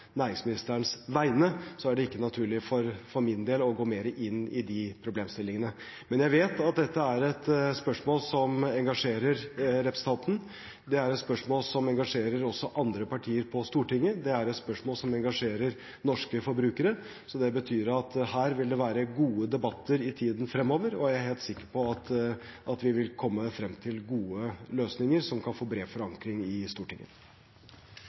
næringsministerens vegne, er det ikke naturlig for min del å gå mer inn i de problemstillingene. Men jeg vet at dette er et spørsmål som engasjerer representanten. Det er et spørsmål som engasjerer også andre partier på Stortinget, og det er et spørsmål som engasjerer norske forbrukere. Det betyr at her vil det være gode debatter i tiden fremover, og jeg er helt sikker på at vi vil komme frem til gode løsninger som kan få bred forankring i Stortinget.